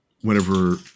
whenever